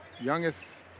youngest